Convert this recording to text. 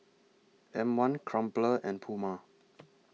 M one Crumpler and Puma